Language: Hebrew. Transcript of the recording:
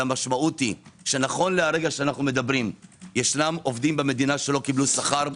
והמשמעות היא שנכון להרגיע שאנו מדברים יש עובדים במדינה שלא קיבלו שכר.